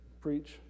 preach